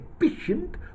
efficient